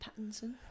Pattinson